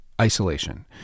isolation